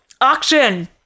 auction